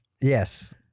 Yes